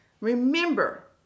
Remember